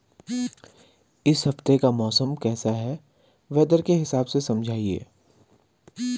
इस हफ्ते का मौसम कैसा है वेदर के हिसाब से समझाइए?